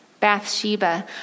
Bathsheba